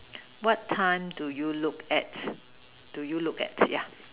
what time do you look at do you look at yeah yap